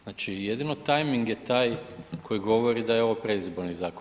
Znači jedino tajming je taj koji govori da je ovo predizborni zakon.